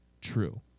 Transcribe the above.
true